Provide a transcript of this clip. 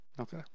Okay